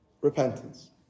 repentance